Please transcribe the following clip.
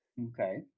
Okay